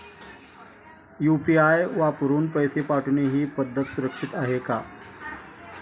UPI वापरून पैसे पाठवणे ही पद्धत सुरक्षित आहे का?